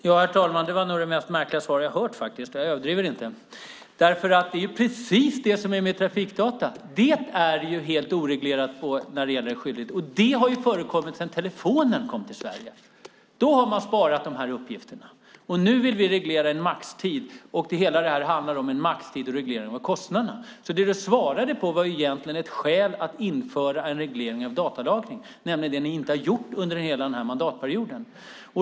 Herr talman! Det var nog det mest märkliga svar jag hört, faktiskt, och jag överdriver inte. Det är nämligen precis som med trafikdata - det är helt oreglerat, och det har förekommit sedan telefonen kom till Sverige. Då har man sparat dessa uppgifter. Nu vill vi reglera en maxtid. Allt handlar om en maxtid och en reglering av kostnaderna. Ditt svar var alltså egentligen ett skäl att införa en reglering av datalagring, det vill säga det ni inte har gjort under hela denna mandatperiod.